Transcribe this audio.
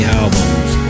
albums